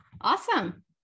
Awesome